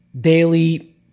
daily